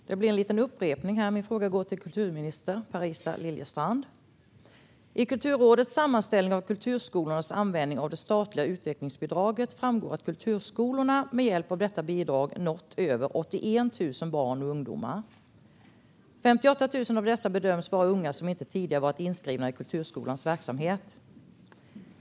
Herr talman! Min fråga går till Parisa Liljestrand, och det blir en liten upprepning. Vid Kulturrådets sammanställning av kulturskolornas användning av det statliga utvecklingsbidraget framgår att kulturskolorna med hjälp av detta bidrag nått över 81 000 barn och ungdomar. Av dessa bedöms 58 000 vara unga som inte tidigare varit inskrivna i kulturskolans verksamhet.